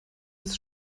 ist